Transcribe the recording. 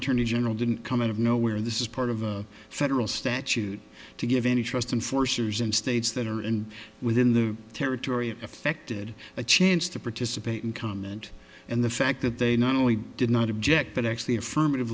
the general didn't come out of nowhere this is part of the federal statute to give any trust and forcers and states that are and within the territory of affected a chance to participate in comment and the fact that they not only did not object but actually affirmative